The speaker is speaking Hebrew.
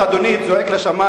אדוני, כל כך צועק לשמים,